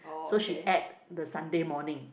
so she ate the Sunday morning